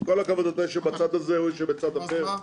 עם כל הכבוד, יושב בצד הזה והוא יושב בצד אחר.